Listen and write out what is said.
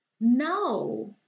no